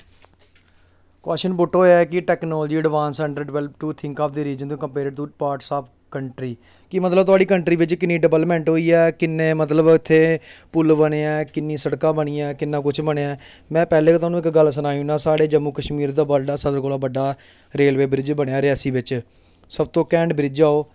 question put होया ऐ कि technology advance underdevelop to think of the reason to compare two parts of the country कि मतलब थुआढ़ी कंट्री बिच कि'न्नी डवेलपमेंट होई ऐ कि'न्नें मतलब इत्थें कि'न्नें पुल बने ऐं कि'न्नियां सड़कां बनियां ऐं कि'न्नां कुछ बनेआ ऐ में पैह्लें गै थाह्नूं इक गल्ल सनाई औना साढ़े जम्मू कश्मीर वर्ल्ड दा सारें कोला बड्डा रेलवे ब्रिज बनेआ रियासी बिच सब तों कैंड ब्रिज ऐ ओह्